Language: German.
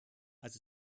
als